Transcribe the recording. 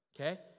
Okay